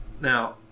Now